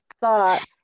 thought